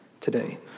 today